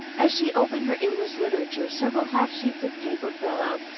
as she opened her english literature, several half-sheets of paper fell out,